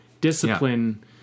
Discipline